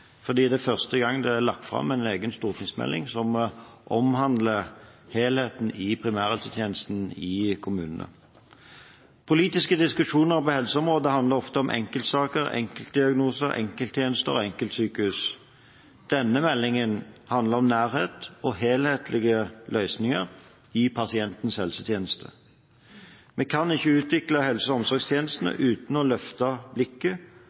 fordi det er første gang det blir lagt fram en egen stortingsmelding som omhandler helheten i primærhelsetjenesten i kommunene. Politiske diskusjoner på helseområdet handler ofte om enkeltsaker, enkeltdiagnoser, enkelttjenester og enkeltsykehus. Denne meldingen handler om nærhet og helhetlige løsninger i pasientens helsetjeneste. Vi kan ikke utvikle helse- og omsorgstjenestene uten å løfte blikket